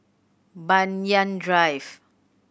Banyan Drive